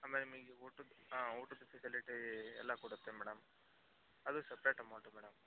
ಆಮೇಲೆ ನಿಮಗೆ ಊಟದ ಹಾಂ ಊಟದ ಫೆಸಿಲಿಟೀ ಎಲ್ಲ ಕೊಡುತ್ತೆ ಮೇಡಮ್ ಅದು ಸಪ್ರೇಟ್ ಅಮೌಂಟು ಮೇಡಮ್